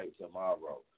tomorrow